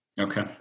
Okay